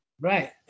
right